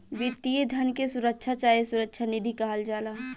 वित्तीय धन के सुरक्षा चाहे सुरक्षा निधि कहल जाला